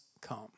come